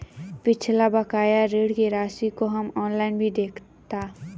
पिछला बकाया ऋण की राशि को हम ऑनलाइन भी देखता